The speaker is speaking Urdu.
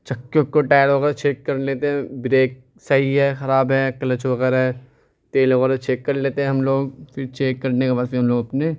چکے وکے ٹائروں کا چیک کرلیتے ہیں بریک صحیح ہے خراب ہے کلچ وغیرہ تیل وغیرہ چیک کرلیتے ہیں ہم لوگ پھر چیک کرنے کے بعد پھر ہم لوگ اپنے